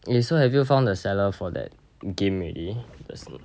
eh so have you found the seller for that game already